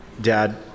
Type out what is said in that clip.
dad